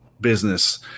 business